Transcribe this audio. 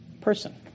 person